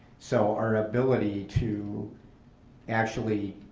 so our ability to actually,